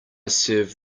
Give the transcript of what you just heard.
serve